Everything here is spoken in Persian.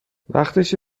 وقتشه